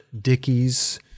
Dickies